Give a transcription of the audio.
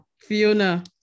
Fiona